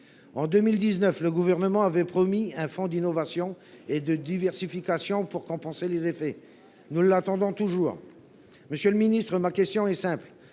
En 2019, le Gouvernement avait promis un fonds d’innovation et de diversification pour en compenser les effets. Nous l’attendons toujours… Monsieur le ministre, ma question est simple